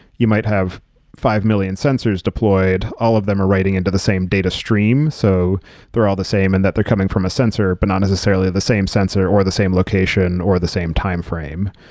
you might have five million sensors deployed. all of them are writing into the same data stream. so they're all the same and that they're coming from a sensor, but not necessarily the same sensor or the same location or the same timeframe.